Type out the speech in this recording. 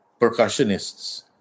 percussionists